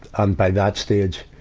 and by that stage,